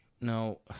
No